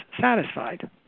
satisfied